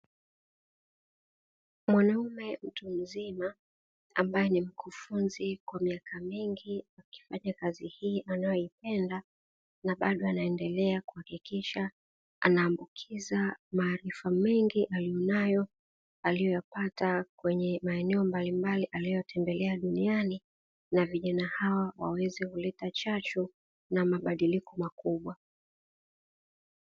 Mwanaume mtu mzima ambaye ni mkufunzi kwa miaka mingi, akifanya kazi hii anayoipenda na bado anaendelea kuhakikisha anaambukiza maarifa mengi aliyonayo, aliyoyapata kwenye maeneo mbalimbali aliyotembelea duniani na vijana hawa waweze kuleta chachu na mabadiliko makubwa.